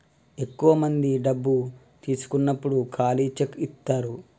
ఎక్కువ మంది డబ్బు తీసుకున్నప్పుడు ఖాళీ చెక్ ఇత్తారు